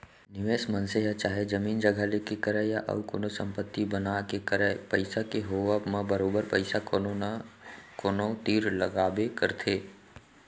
निवेस मनसे ह चाहे जमीन जघा लेके करय या अउ कोनो संपत्ति बना के करय पइसा के होवब म बरोबर पइसा कोनो न कोनो तीर लगाबे करथे